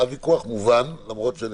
הוויכוח מובן, למרות שאני